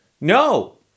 No